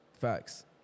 Facts